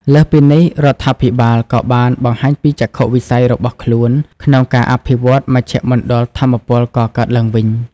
លើសពីនេះ រដ្ឋាភិបាលក៏បានបង្ហាញពីចក្ខុវិស័យរបស់ខ្លួនក្នុងការអភិវឌ្ឍមជ្ឈមណ្ឌលថាមពលកកើតឡើងវិញ។